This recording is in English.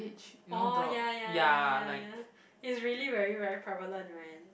oh ya ya ya ya ya usually very very prevalent right